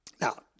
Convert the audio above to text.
Now